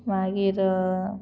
मागीर